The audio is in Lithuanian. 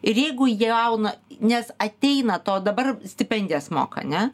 ir jeigu jauno nes ateina to dabar stipendijas moka ne